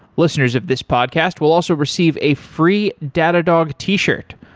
listeners of this podcast will also receive a free datadog t-shirt.